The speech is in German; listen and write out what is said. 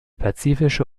pazifische